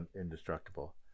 indestructible